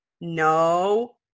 no